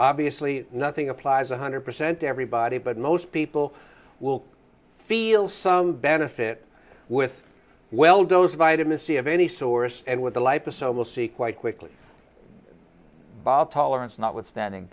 obviously nothing applies one hundred percent everybody but most people will feel some benefit with well those vitamin c of any source and with the lipids so we'll see quite quickly bob tolerance notwithstanding